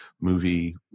movie